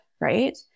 right